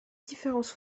différence